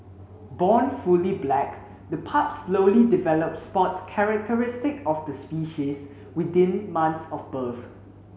born fully black the pups slowly develop spots characteristic of the species within months of birth